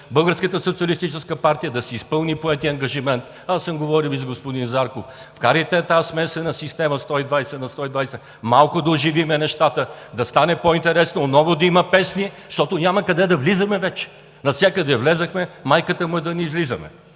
Българската социалистическа партия да си изпълни поетия ангажимент – говорил съм и с господин Зарков. Вкарайте я тази смесена система – 120:120, малко да оживим нещата, да стане по-интересно, отново да има песни! Защото няма къде да влизаме вече – навсякъде влязохме, майката му е да не излизаме.